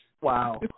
Wow